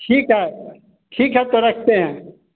ठीक है ठीक है तो रखते हैं